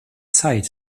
zeit